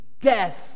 death